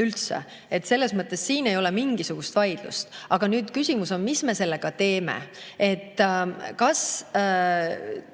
üldse. Selles mõttes siin ei ole mingisugust vaidlust. Aga nüüd küsimus on, mis me sellega teeme.